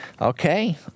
Okay